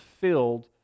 filled